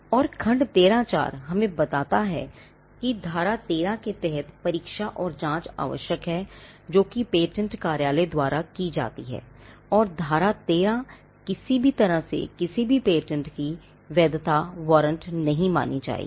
और खंड 13 हमें बताता है कि धारा 13 के तहत परीक्षा और जांच आवश्यक है जो कि पेटेंट कार्यालय द्वारा की जाती है और धारा 13 किसी भी तरह से किसी भी पेटेंट की वैधता वारंट नहीं मानी जाएगी